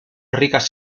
ricas